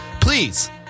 please